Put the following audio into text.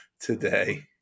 today